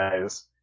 guys